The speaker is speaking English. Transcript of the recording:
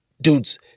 dudes